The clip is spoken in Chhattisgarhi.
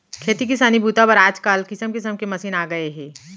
खेती किसानी बूता बर आजकाल किसम किसम के मसीन आ गए हे